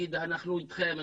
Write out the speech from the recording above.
להגיד 'אנחנו איתכם',